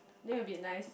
that would be nice